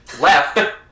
left